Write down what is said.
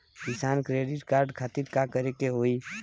किसान credit card खातिर का करे के होई?